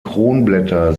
kronblätter